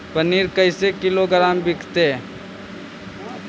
पनिर कैसे किलोग्राम विकतै?